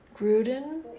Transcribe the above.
gruden